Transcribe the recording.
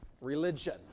religion